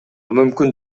мүмкүн